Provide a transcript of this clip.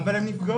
אבל הן נפגעות.